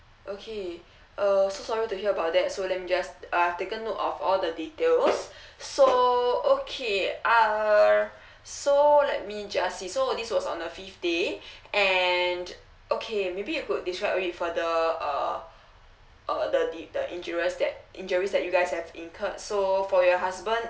okay uh so sorry to hear about that so let me just I've taken note of all the details so okay err so let me just see so this was on the fifth day and okay maybe you could describe a bit further uh uh the the the injuries that injuries that you guys have incurred so for your husband